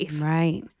Right